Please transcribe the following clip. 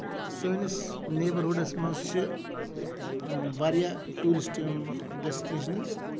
سٲنِس نیبرہُڈَس منٛز چھِ واریاہ ٹوٗرِسٹ یِم ڈیسٹِنیشنٔز